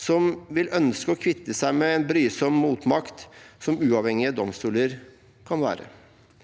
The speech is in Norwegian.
som vil ønske å kvitte seg med en brysom motmakt, som uavhengige domstoler kan være.